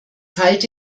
halte